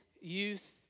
youth